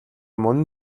мөн